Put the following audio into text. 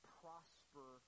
prosper